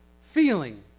feeling